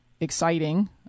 exciting